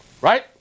right